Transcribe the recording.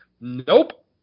nope